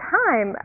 time